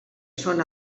són